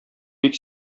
бик